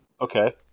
Okay